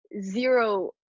zero